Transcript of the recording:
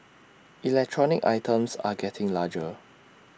electronic items are getting larger